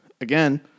again